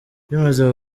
bimaze